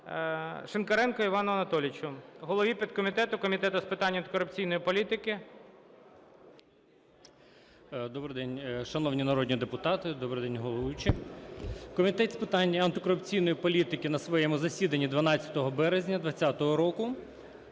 Шинкаренку Івану Анатолійовичу, голові підкомітету Комітету з питань антикорупційної політики. 12:58:11 ШИНКАРЕНКО І.А. Добрий день, шановні народні депутати, добрий день головуючий! Комітет з питань антикорупційної політики на своєму засіданні 12 березня 20-го року